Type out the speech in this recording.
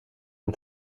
een